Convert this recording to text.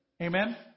Amen